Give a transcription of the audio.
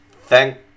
thank